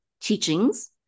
teachings